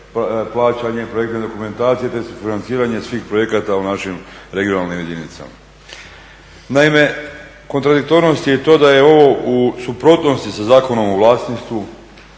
platit će … projektne dokumentacije … financiranje svih projekata u našim regionalnim jedinicama. Naime, kontradiktornost je i to da je ovo u suprotnosti sa Zakonom o vlasništvu